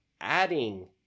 adding